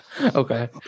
Okay